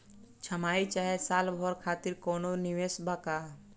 छमाही चाहे साल भर खातिर कौनों निवेश बा का?